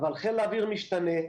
אבל חיל האוויר משתנה.